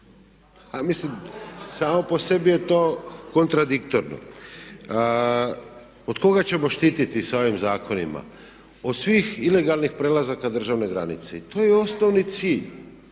A mislim samo po sebi je to kontradiktorno. Od koga ćemo štiti sa ovim zakonima? Od svih ilegalnih prelazaka državne granice. I to je osnovni cilj.